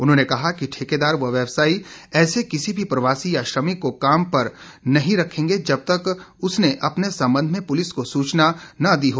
उन्होंने कहा कि ठेकेदार व व्यवसायी ऐसे किसी भी प्रवासी या श्रमिक को काम पर नहीं रखेंगे जब तक उसने अपने संबध में पुलिस को सूचना न दी हो